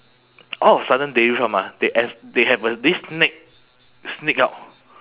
all of a sudden dairy farm ah they as they have a this snake sneak out